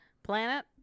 Planet